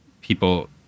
people